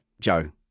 Joe